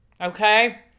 okay